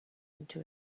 into